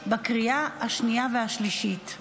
לקריאה השנייה והשלישית.